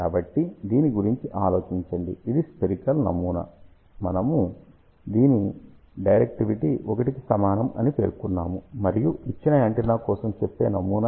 కాబట్టి దీని గురించి ఆలోచించండి ఇదిస్పెరికల్ నమూనా మనము దీని డైరెక్టివిటీ 1 కి సమానం అని పేర్కొన్నాము మరియు ఇచ్చిన యాంటెన్నా కోసం చెప్పే నమూనా ఇది